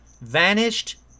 Vanished